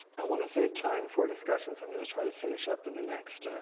i wanna save time for discussion, so i'm gonna try to finish up in the next